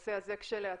בנושא הזה כשלעצמו,